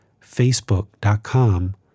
facebook.com